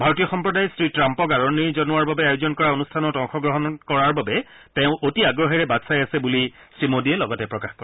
ভাৰতীয় সম্প্ৰদায়ে শ্ৰীট্টাম্পক আদৰণি জনোৱাৰ বাবে আয়োজন কৰা অনুষ্ঠানত অংশগ্ৰহণ কৰাৰ বাবে তেওঁ অতি আগ্ৰহেৰে বাট চাই আছে বুলি শ্ৰীমোদীয়ে লগতে প্ৰকাশ কৰে